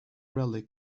relic